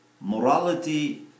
morality